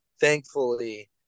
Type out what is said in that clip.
thankfully